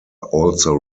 also